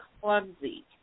clumsy